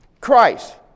Christ